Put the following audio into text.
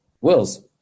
Wills